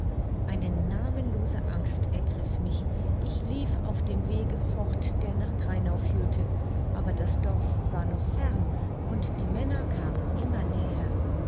eine namenlose angst ergriff mich ich lief auf dem wege fort der nach greinau führte aber das dorf war noch fern und die männer kamen immer näher